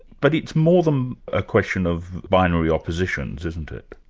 but it's more than a question of binary oppositions, isn't it?